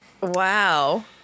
Wow